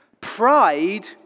Pride